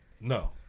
No